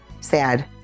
sad